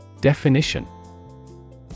Definition